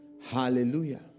Hallelujah